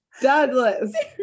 Douglas